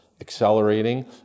accelerating